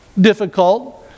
difficult